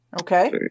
Okay